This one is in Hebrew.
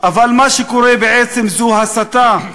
אבל מה שקורה בעצם זה הסתה,